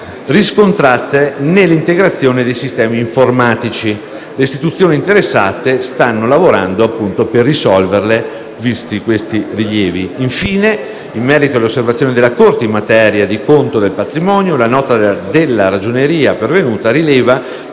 riscontrate nell'integrazione dei sistemi informatici. Le istituzioni interessate stanno lavorando per risolverle, visti i rilievi. Infine, in merito alle osservazioni della Corte in materia di conto del patrimonio, la nota della Ragioneria rileva